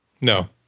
No